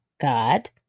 God